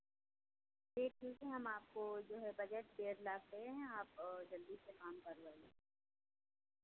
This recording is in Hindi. के हम आपको जो है बजट डेढ़ लाख हैं आप जल्दी से काम करवाइए